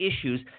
issues